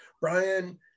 Brian